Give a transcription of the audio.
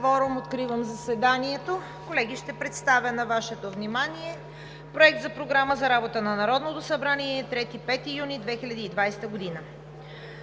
Откривам заседанието. Колеги, ще представя на Вашето внимание Проект за Програма за работата на Народното събрание за 3 – 5 юни 2020 г.